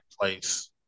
place